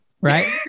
Right